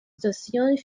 stations